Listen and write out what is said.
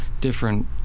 different